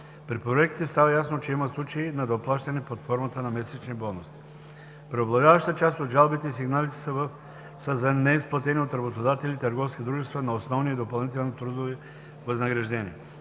При проверките става ясно, че има случаи на доплащане под формата на месечни „бонуси”. Преобладаваща част от жалбите и сигналите са за неизплатени от работодатели – търговски дружества, основни и допълнителни трудови възнаграждения.